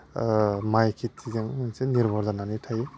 माइ खिथिजों निर्भर जानानै थायो